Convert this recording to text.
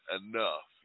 enough